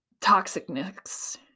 toxicness